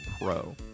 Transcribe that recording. pro